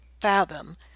fathom